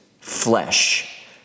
flesh